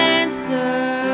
answer